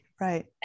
right